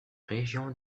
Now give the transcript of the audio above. régions